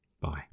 Bye